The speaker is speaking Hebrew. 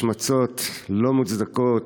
השמצות לא מוצדקות,